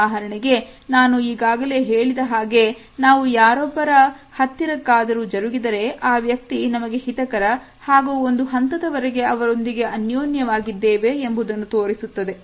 ಉದಾಹರಣೆಗೆ ನಾನು ಈಗಾಗಲೇ ಹೇಳಿದ ಹಾಗೆ ನಾವು ಯಾರೊಬ್ಬರ ಹತ್ತಿರಕ್ಕಾ ದರೂ ಜರುಗಿದರೆ ಆ ವ್ಯಕ್ತಿ ನಮಗೆ ಹಿತಕರ ಹಾಗೂ ಒಂದು ಹಂತದವರೆಗೆ ಅವರೊಂದಿಗೆ ಅನ್ಯೋನ್ಯವಾಗಿವೆ ಎಂಬುದನ್ನು ತೋರಿಸುತ್ತದೆ